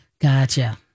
Gotcha